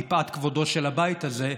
מפאת כבודו של הבית הזה,